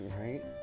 right